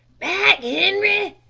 back, henri!